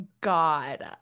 God